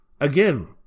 Again